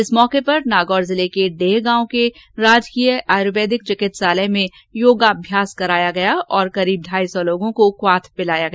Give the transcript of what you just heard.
इस अवसर पर नागौर जिले के उेह गांव के राजकीय आयुर्वेदिक चिकित्सालय में योगाभ्यास कराया गया और करीब ढाई सौ लोगों को क्वाथ पिलाया गया